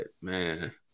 man